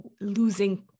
losing